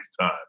time